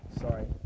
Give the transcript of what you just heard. Sorry